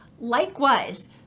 Likewise